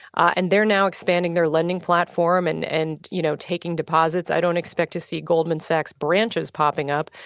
and they're now expanding their lending platform, and and you know taking deposits. i don't expect to see goldman sachs branches popping up,